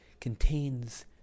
contains